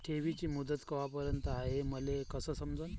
ठेवीची मुदत कवापर्यंत हाय हे मले कस समजन?